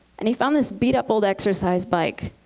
and he found this beat-up old exercise bike.